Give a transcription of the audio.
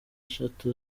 eshatu